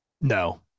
No